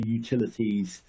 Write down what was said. utilities